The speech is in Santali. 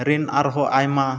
ᱨᱮᱱ ᱟᱨᱦᱚᱸ ᱟᱭᱢᱟ